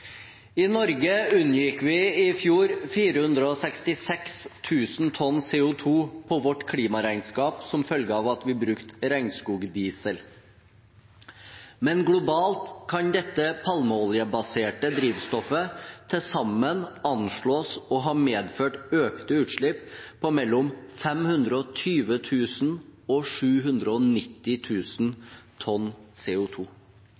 i bilen å gjøre. I Norge unngikk vi i fjor 466 000 tonn CO 2 på vårt klimaregnskap som følge av at vi brukte regnskogdiesel, men globalt kan dette palmeoljebaserte drivstoffet til sammen anslås å ha medført økte utslipp på mellom